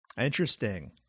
Interesting